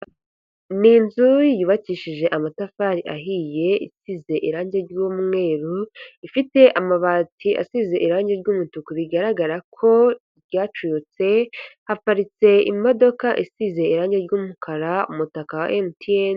Ni inzu yubakishije amatafari ahiye isize irangi ry'umweru, ifite amabati asize irangi ry'umutuku bigaragara ko ryacuyutse haparitse imodoka isize irangi ry'umukara, umutaka wa Emutiyene.